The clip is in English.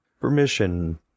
permission